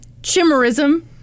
Chimerism